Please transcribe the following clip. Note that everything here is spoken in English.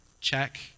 check